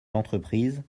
l’entreprise